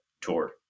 tour